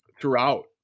throughout